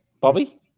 Bobby